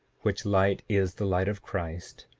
which light is the light of christ,